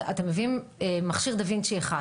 אתם מביאים מכשיר דה וינצ'י אחד,